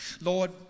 Lord